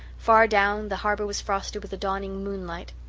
far down the harbour was frosted with a dawning moonlight.